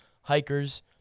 hikers